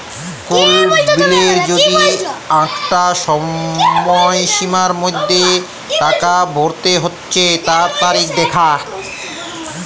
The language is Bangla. কোল বিলের যদি আঁকটা সময়সীমার মধ্যে টাকা ভরতে হচ্যে তার তারিখ দ্যাখা